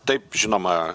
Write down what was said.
taip žinoma